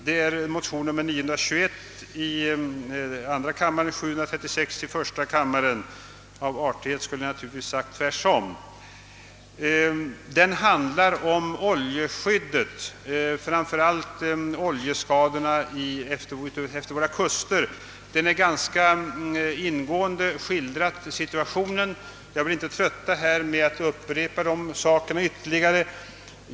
Det är motionerna 1I:736 och II:921. Den handlar om oljeskyddet, framför allt om oljeskadorna utefter våra kuster. Situationen har skildrats ganska ingående, men jag vill inte trötta kammarens ledamöter med att upprepa dessa saker.